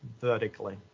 vertically